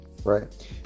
Right